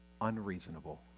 unreasonable